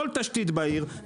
כל תשתית בעיר,